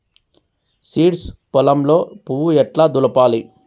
Seeds పొలంలో పువ్వు ఎట్లా దులపాలి?